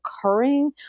occurring